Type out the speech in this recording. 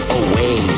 away